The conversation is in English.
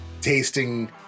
tasting